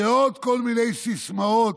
ועוד כל מיני סיסמאות